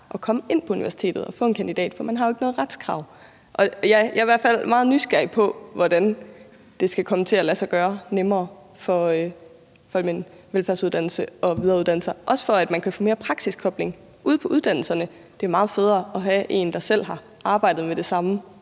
at komme ind på universitetet og få en kandidat, for man har jo ikke noget retskrav. Jeg er i hvert fald meget nysgerrig på, hvordan det nemmere skal kunne lade sig gøre for en med en velfærdsuddannelse at videreuddanne sig – også i forhold til at man kan få mere praksiskobling ude på uddannelserne. Det er meget federe at have en, der selv har arbejdet med det samme